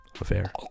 Affair